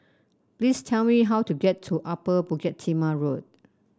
please tell me how to get to Upper Bukit Timah Road